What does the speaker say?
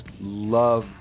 love